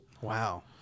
Wow